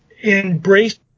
embrace